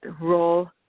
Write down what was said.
role